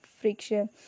friction